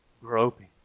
Groping